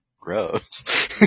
Gross